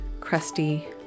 crusty